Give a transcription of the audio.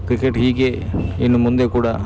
cricket ಹೀಗೆ ಇನ್ನು ಮುಂದೆ ಕೂಡ